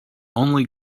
only